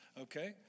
Okay